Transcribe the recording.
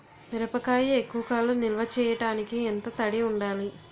మిరపకాయ ఎక్కువ కాలం నిల్వ చేయటానికి ఎంత తడి ఉండాలి?